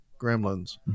Gremlins